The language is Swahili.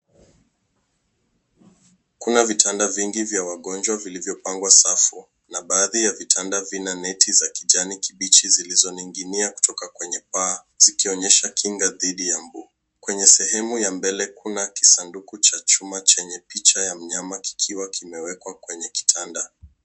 Kuna vitanda vingi vya wagonjwa vilivyopangwa safu na baadhi ya vitanda vina neti za kijani kibichi zilizoningia kutoka kwenye paa ikionyesha kinga dhidi ya mbu. Kwenye sehemu ya mbele kuna kisanduku cha chuma chenye picha ya mnyama kikiwa kimewekwa kwenye kitanda.